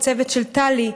לצוות של טלי,